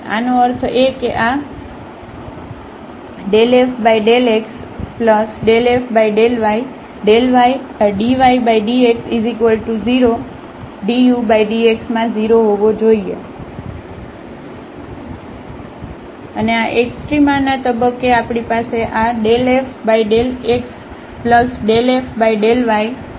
આનો અર્થ એ કે આ ∂f∂x∂f∂ydydx0 dudx માં 0 હોવો જોઈએ અને આ એક્સ્ટ્રામાના તબક્કે આપણી પાસે આ∂f∂x∂f∂ydydx0છે